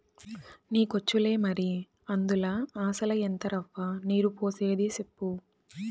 నీకొచ్చులే మరి, అందుల అసల ఎంత రవ్వ, నీరు పోసేది సెప్పు